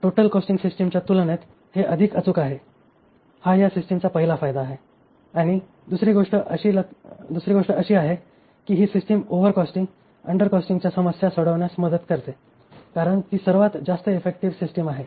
total costing सिस्टिमच्या तुलनेत हे अधिक अचूक आहे हा या सिस्टिमचा पहिला फायदा आहे आणि दुसरी गोष्ट अशी आहे की ही सिस्टीम ओव्हर कॉस्टिंगअंडर कॉस्टिंगच्या समस्या सोडविण्यास मदत करते कारण ती सर्वात जास्त इफेक्टिव्ह सिस्टिम आहे